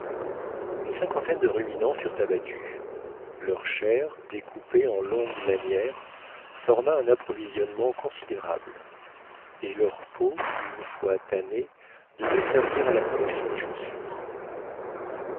une cinquantaine de ruminants furent abattus leur chair découpée en longues lanières forma un approvisionnement considérable et leurs peaux une fois tannées devaient servir à la confection des chaussures